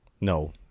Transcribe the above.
No